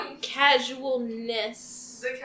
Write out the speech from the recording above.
casualness